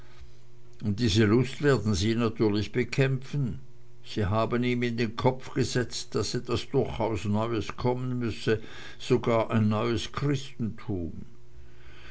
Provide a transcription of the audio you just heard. und diese lust werden sie natürlich bekämpfen sie haben ihm in den kopf gesetzt daß etwas durchaus neues kommen müsse sogar ein neues christentum